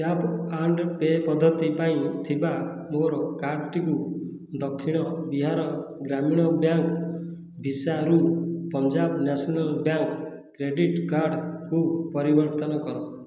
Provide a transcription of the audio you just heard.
tap and pay ପଦ୍ଧତି ପାଇଁ ଥିବା ମୋର କାର୍ଡ୍ଟିକୁ ଦକ୍ଷିଣ ବିହାର ଗ୍ରାମୀଣ ବ୍ୟାଙ୍କ୍ ଭିସାରୁ Punjab national bank credit card କୁ ପରିବର୍ତ୍ତନ କର